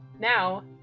Now